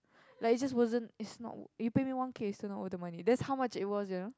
like it just wasn't is not you pay me one K it's still not worth the money that's how much it was you know